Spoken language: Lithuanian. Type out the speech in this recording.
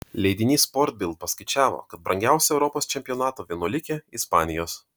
leidinys sport bild paskaičiavo kad brangiausia europos čempionato vienuolikė ispanijos